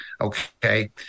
okay